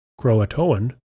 Croatoan